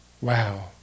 Wow